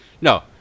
no